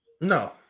No